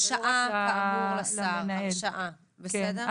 הרשעה כאמור לשר, הרשעה, בסדר?